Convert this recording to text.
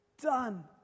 done